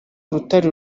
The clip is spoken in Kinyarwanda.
urutare